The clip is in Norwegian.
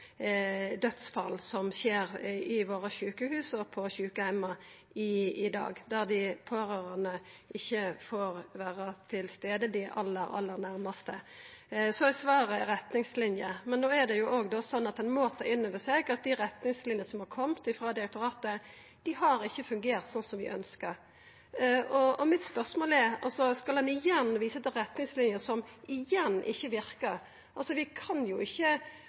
dødsfall som skjer i sjukehusa våre og på sjukeheimar i dag, der dei pårørande ikkje får vera til stades – dei aller næraste. Så er svaret retningslinjer. Men ein må ta inn over seg at dei retningslinjene som er komne frå direktoratet, har ikkje fungert sånn som vi ønskjer. Spørsmålet mitt er: Skal ein igjen vise til retningslinjer som igjen ikkje verkar? Vi kan ikkje forsvara lenger at vi ikkje